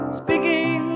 speaking